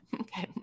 Okay